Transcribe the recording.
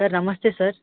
sir ನಮಸ್ತೆ sir